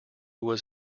was